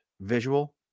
visual